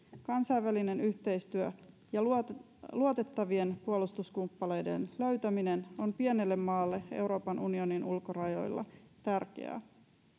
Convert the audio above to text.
kansainvälinen yhteistyö ja luotettavien puolustuskumppaneiden löytäminen on pienelle maalle euroopan unionin ulkorajoilla tärkeää